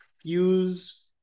fuse